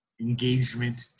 engagement